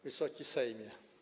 Wysoki Sejmie!